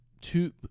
two